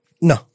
No